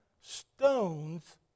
stones